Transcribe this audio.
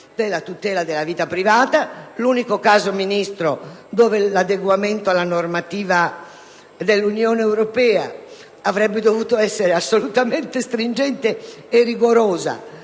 la tutela della vita privata. Nell'unico caso, Ministro, in cui l'adeguamento alla normativa dell'Unione europea avrebbe dovuto essere assolutamente stringente e rigoroso,